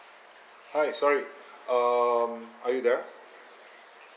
hi sorry um are you there